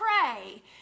pray